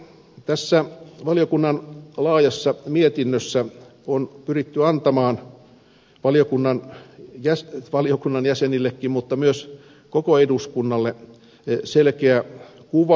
tässä valiokunnan laajassa mietinnössä on pyritty antamaan valiokunnan jäsenillekin mutta myös koko eduskunnalle selkeä kuva